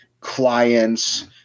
clients